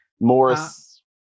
Morris